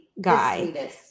guy